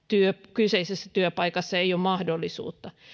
kyseisessä työpaikassa ei ole mahdollisuutta